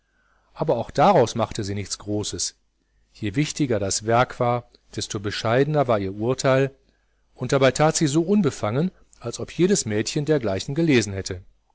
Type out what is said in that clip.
aber auch daraus machte sie nichts großes je wichtiger das werk war desto bescheidener war ihr urteil und dabei tat sie so unbefangen als ob jedes mädchen dergleichen gelesen hätte